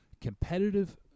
competitive